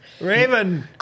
Raven